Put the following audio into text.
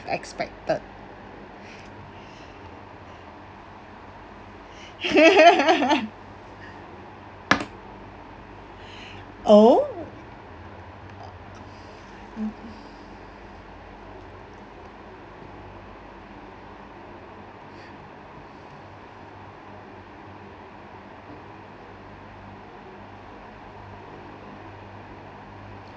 expected oh